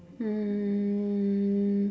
um